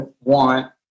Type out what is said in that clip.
want